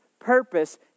purpose